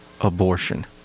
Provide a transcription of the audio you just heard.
abortion